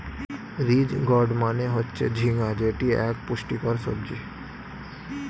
ridge gourd মানে হচ্ছে ঝিঙ্গা যেটি এক পুষ্টিকর সবজি